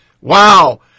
Wow